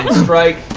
strike.